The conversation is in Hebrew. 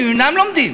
הם אינם לומדים,